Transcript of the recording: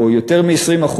או יותר מ-20%,